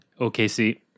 OKC